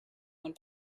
one